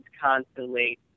constantly